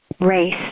race